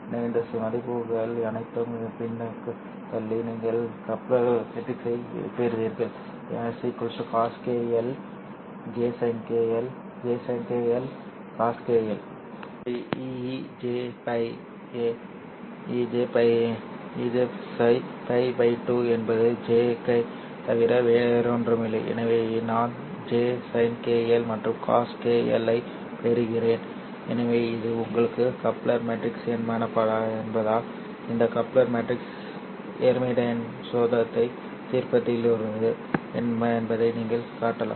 எனவே இந்த மதிப்புகள் அனைத்தையும் பின்னுக்குத் தள்ளி நீங்கள் கப்ளர் மேட்ரிக்ஸைப் பெறுவீர்கள் ஏனென்றால் ejϕ a ejϕπ 2 என்பது j ஐத் தவிர வேறொன்றுமில்லை எனவே நான் j sin κ L மற்றும் cos κ L ஐப் பெறுகிறேன் எனவே இது உங்கள் கப்ளர் மேட்ரிக்ஸ் என்பதால் இந்த கப்ளர் மேட்ரிக்ஸ் ஹெர்மிடியன் சொத்தை திருப்திப்படுத்துகிறது என்பதை நீங்கள் காட்டலாம்